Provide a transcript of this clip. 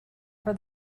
for